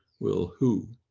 well who?